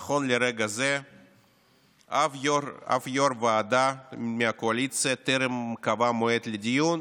נכון לרגע זה אף יו"ר ועדה מהקואליציה לא קבע מועד לדיון,